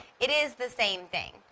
it is the same thing.